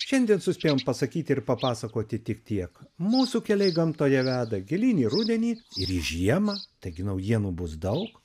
šiandien suspėjom pasakyti ir papasakoti tik tiek mūsų keliai gamtoje veda gilyn į rudenį ir į žiemą taigi naujienų bus daug